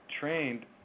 trained